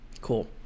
Cool